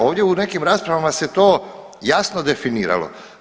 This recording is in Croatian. Ovdje u nekim raspravama se to jasno definiralo.